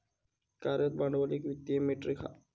कार्यरत भांडवल एक वित्तीय मेट्रीक हा